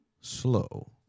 slow